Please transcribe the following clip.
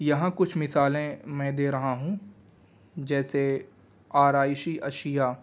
یہاں کچھ مثالیں میں دے رہا ہوں جیسے آرائشی اشیاء